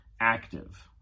active